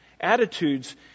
Attitudes